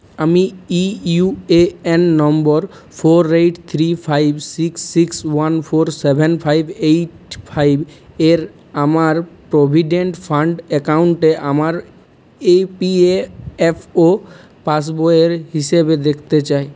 আমি UAN number four eight three five six six one four seven five eight five এর আমার provident fund অ্যাকাউন্টে আমার EPFO pass বইয়ের হিসেব দেখতে চাই